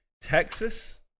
Texas